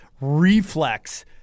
reflex